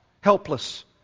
helpless